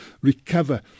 recover